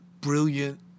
brilliant